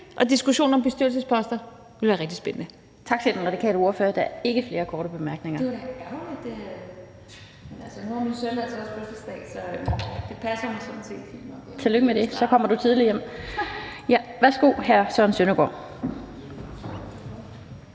af diskussionen om bestyrelsesposter vil være rigtig spændende.